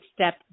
step